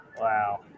Wow